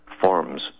forms